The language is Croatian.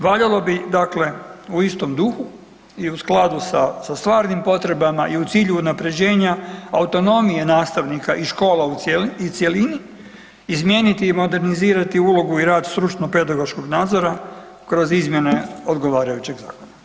Valjalo bi dakle u istom dugu i u skladu sa stvarnim potrebama i u cilju unaprjeđenja autonomije nastavnika i škola u cjelini izmijeniti i modernizirati ulogu i rad stručno-pedagoškog nadzora kroz izmjene odgovarajućeg zakona.